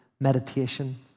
meditation